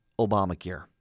Obamacare